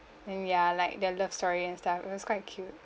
then ya like their love story and stuff it was quite cute